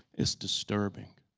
it's disturbing,